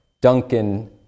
Duncan